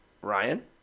Ryan